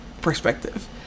perspective